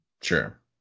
Sure